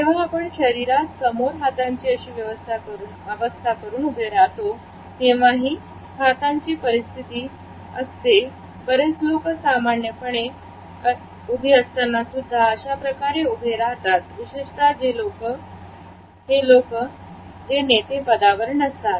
जेव्हा आपण शरीरात समोर हातांची अशी अवस्था करून उभे राहतो तेव्हाही मातांची परिस्थिती असते बरेच लोकं सामान्य पणे उभी असतानासुद्धा अशा प्रकारे उभे राहतात विशेषता ते लोकं जे नेते पदावर नसतात